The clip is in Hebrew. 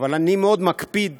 אף פעם